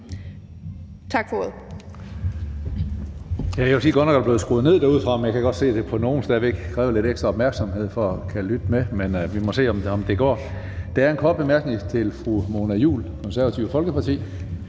Tak for det.